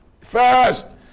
First